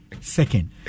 second